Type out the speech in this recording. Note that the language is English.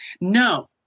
No